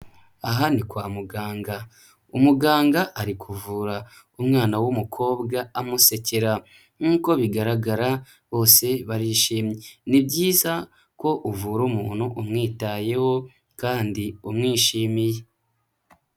Aha ni kwa muganga, umuganga ari kuvura umwana w'umukobwa amusekera, nk'uko bigaragara bose barishimye. Ni byiza ko uvura umuntu umwitayeho kandi umwishimiye.